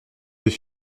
deux